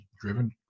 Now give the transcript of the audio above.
driven